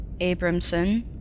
Abramson